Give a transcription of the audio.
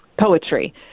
poetry